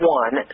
one